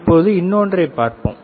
இப்போது இன்னொன்றைப் பார்ப்போம்